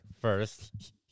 first